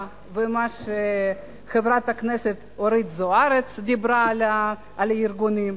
ומה שחברת הכנסת אורית זוארץ אמרה על הארגונים.